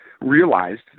realized